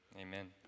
Amen